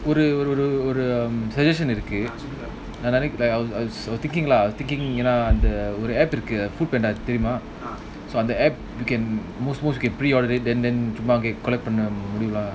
ஒருஒருஒரு:oru oru oru suggestion இருக்கு:irukku I was I was thinking lah I was thinking ya lah the app இருக்கு:irukku foodpanda app தெரியுமா:theriuma so on the app you can you can preorder it then then சும்மாமுடியுமா:summa mudiuma